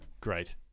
great